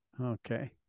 okay